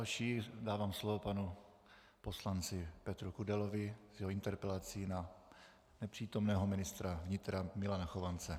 Jako dalšímu dávám slovo panu poslanci Petru Kudelovi s jeho interpelací na nepřítomného ministra vnitra Milana Chovance.